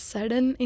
Sudden